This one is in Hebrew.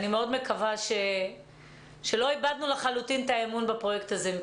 אני מקווה מאוד שלא איבדנו לחלוטין את האמון בפרויקט הזה.